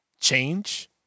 change